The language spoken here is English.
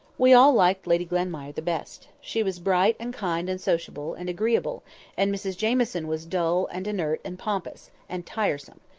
we all liked lady glenmire the best. she was bright, and kind, and sociable, and agreeable and mrs jamieson was dull, and inert, and pompous, and tiresome.